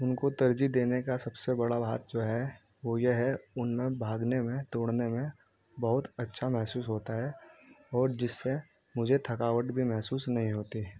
ان کو ترجیح دینے کا سب سے بڑا بات جو ہے وہ یہ ہے ان میں بھاگنے میں دوڑنے میں بہت اچھا محسوس ہوتا ہے اور جس سے مجھے تھکاوٹ بھی محسوس نہیں ہوتی